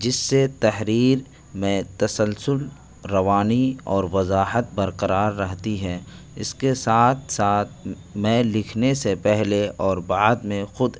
جس سے تحریر میں تسلسل روانی اور وضاحت برقرار رہتی ہے اس کے ساتھ ساتھ میں لکھنے سے پہلے اور بعد میں خود